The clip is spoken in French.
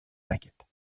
maquettes